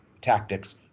tactics